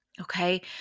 Okay